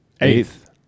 eighth